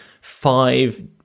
five